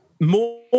more